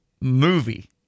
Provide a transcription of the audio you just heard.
movie